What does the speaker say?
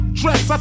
dress